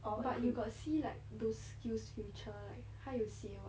but you got see like those skills future like 它有写 [what]